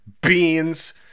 beans